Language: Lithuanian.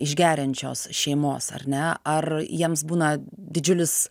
iš geriančios šeimos ar ne ar jiems būna didžiulis